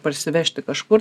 parsivežti kažkur